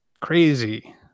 crazy